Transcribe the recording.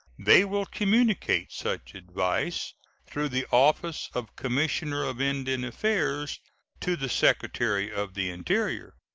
they will communicate such advice through the office of commissioner of indian affairs to the secretary of the interior,